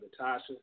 Natasha